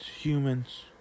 humans